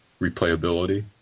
replayability